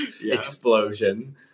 explosion